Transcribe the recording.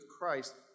Christ